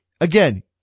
again